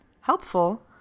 helpful